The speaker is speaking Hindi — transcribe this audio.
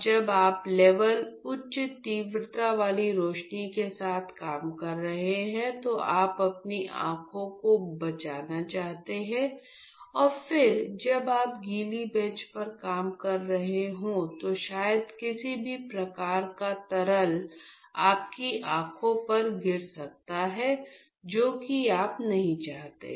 अब जब आप केवल उच्च तीव्रता वाली रोशनी के साथ काम कर रहे हैं तो आप अपनी आंखों को बचाना चाहते हैं और फिर जब आप गीली बेंच पर काम कर रहे हों तो शायद किसी भी प्रकार का तरल आपकी आंखों पर गिर सकता है जो की आप नहीं चाहते